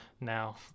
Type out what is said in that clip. now